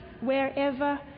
wherever